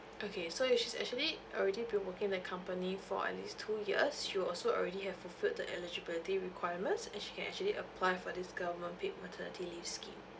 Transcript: okay so if she's actually already been working in the company for at least two years she will also already have fulfilled the eligibility requirements and she can actually apply for this government paid maternity leave scheme